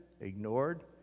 ignored